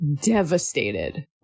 devastated